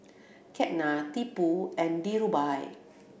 Ketna Tipu and Dhirubhai